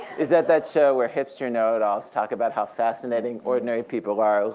is that that show where hipster know-it-alls talk about how fascinating ordinary people are?